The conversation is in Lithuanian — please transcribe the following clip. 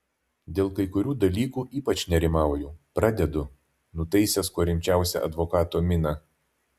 dėl kai kurių dalykų ypač nerimauju pradedu nutaisęs kuo rimčiausią advokato miną